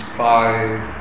five